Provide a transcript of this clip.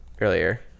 earlier